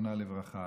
זיכרונה לברכה.